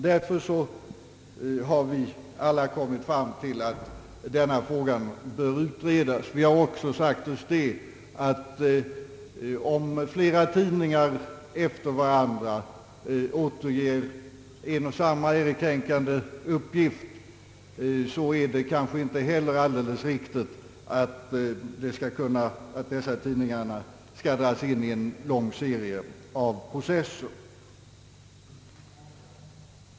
Därför har vi alla kommit fram till att denna fråga bör utredas. Vi har också sagt oss att om flera tidningar efter varandra återger en och samma ärekränkande uppgift är det kanske inte heller alldeles riktigt att de skall dras in i en lång serie av processer.